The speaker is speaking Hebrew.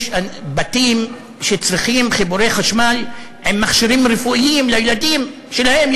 יש בתים שצריכים חיבורי חשמל למכשירים רפואיים לילדים שלהם,